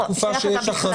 נכון, שאין הכרזה בכלל.